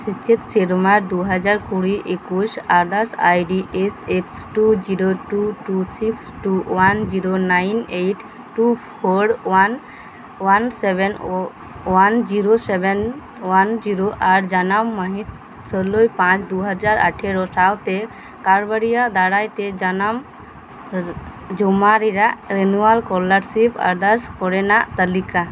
ᱥᱮᱪᱮᱫ ᱥᱮᱨᱢᱟᱨᱮ ᱫᱩᱦᱟᱡᱟᱨ ᱠᱩᱲᱤ ᱮᱠᱩᱥ ᱟᱨᱫᱟᱥ ID S X two zero two two six two one zero nine eight two four one one seven ᱚ one zero seven one zero ᱟᱨ ᱡᱟᱱᱟᱢ ᱢᱟᱹᱦᱤᱛ ᱥᱳᱞᱳ ᱯᱟᱸᱪ ᱫᱩᱦᱟᱡᱟᱨ ᱟᱴᱷᱮᱨᱚ ᱥᱟᱶᱛᱮ ᱠᱟᱨᱵᱟᱨᱤᱭᱟᱜ ᱫᱟᱨᱟᱭᱛᱮ ᱡᱟᱱᱟᱢ ᱡᱚᱢᱟ ᱨᱮᱱᱟᱜ ᱨᱤᱱᱤᱭᱩᱣᱟᱞ ᱥᱠᱚᱞᱟᱨᱥᱤᱯ ᱟᱨᱫᱟᱥ ᱠᱚᱨᱮᱱᱟᱜ ᱛᱟᱞᱤᱠᱟ